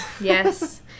Yes